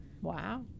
Wow